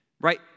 right